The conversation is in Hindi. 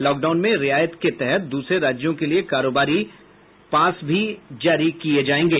लॉक डाउन में रियाायत के तहत दूसरे राज्यों के लिए कारोबारी पास भी जारी किये जायेंगे